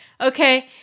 Okay